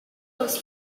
was